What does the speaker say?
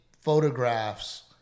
photographs